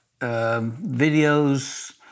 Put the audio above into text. videos